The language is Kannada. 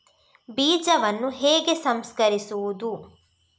ಬೀಜವನ್ನು ಹೇಗೆ ಸಂಸ್ಕರಿಸುವುದು?